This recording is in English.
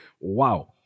Wow